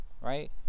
right